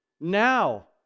now